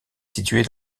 située